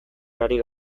ari